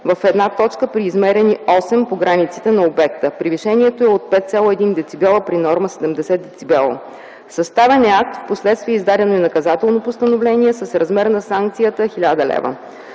в една точка при измерени осем по границите на обекта. Превишението е от 5,1 децибела при норма 70 децибела. Съставен е акт, впоследствие е издадено и наказателно постановление с размер на санкцията 1000 лв.